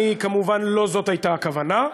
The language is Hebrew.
כמובן לא זאת הייתה הכוונה.